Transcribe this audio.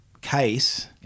case